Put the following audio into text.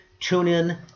TuneIn